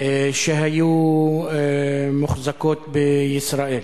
שהיו מוחזקות בישראל.